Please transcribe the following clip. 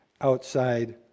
outside